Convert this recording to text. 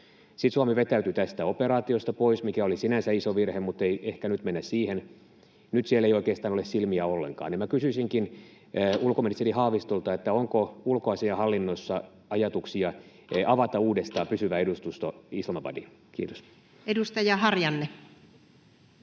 Sitten Suomi vetäytyi tästä operaatioista pois, mikä oli sinänsä iso virhe, mutta ei ehkä nyt mennä siihen. Nyt siellä ei oikeastaan ole silmiä ollenkaan. Minä kysyisinkin ulkoministeri Haavistolta: onko ulkoasiainhallinnossa ajatuksia avata uudestaan pysyvä edustusto Islamabadiin? — Kiitos. [Speech 85]